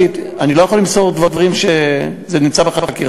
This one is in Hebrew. אני לא יכול למסור דברים כשזה נמצא בחקירה,